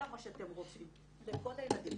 כמה שאתם רוצים, לכל הילדים.